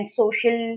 social